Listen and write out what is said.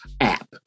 app